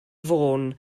fôn